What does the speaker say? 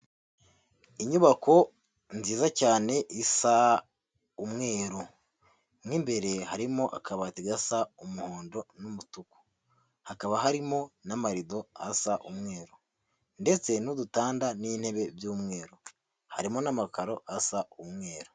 Inyubako nziza cyane isa umweru, mw'imbere harimo akabati gasa umuhondo n'umutuku hakaba harimo n'amarido asa umweru ndetse n'udutanda n'intebe by'umweru, harimo n'amakaro asa umweru.